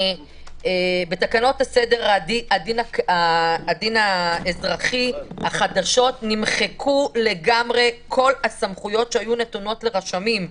בתקנות סדר הדין האזרחי החדשות נמחקו לגמרי כל הסמכויות שניתנו לרשמים.